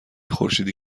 خورشیدی